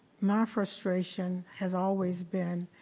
my frustration has always been,